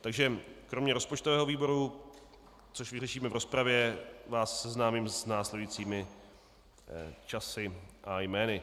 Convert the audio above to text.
Takže kromě rozpočtového výboru, což vyřešíme v rozpravě, vás seznámím s následujícími časy a jmény.